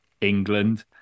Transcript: England